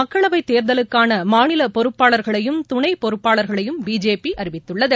மக்களவைத் தேர்தலுக்கான மாநிலப் பொறுப்பாளர்களையும் துணை பொறுப்பாளர்களையும் பிஜேபி அறிவித்துள்ளது